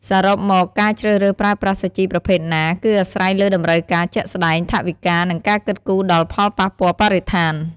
សរុបមក ការជ្រើសរើសប្រើប្រាស់សាជីប្រភេទណា គឺអាស្រ័យលើតម្រូវការជាក់ស្តែង ថវិកា និងការគិតគូរដល់ផលប៉ះពាល់បរិស្ថាន។